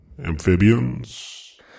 amphibians